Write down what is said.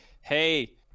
Hey